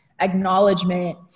acknowledgement